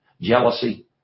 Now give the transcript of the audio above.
jealousy